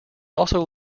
also